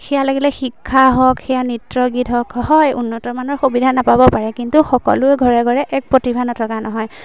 সেয়া লাগিলে শিক্ষা হওক সেয়া নৃত্য গীত হওক হয় উন্নত মানৰ সুবিধা নাপাব পাৰে কিন্তু সকলোৰে ঘৰে ঘৰে এক প্ৰতিভা নথকা নহয়